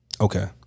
Okay